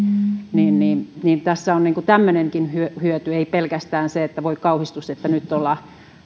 tässä on tämmöinenkin hyöty ei pelkästään se että voi kauhistus nyt ollaan